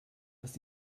ist